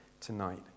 tonight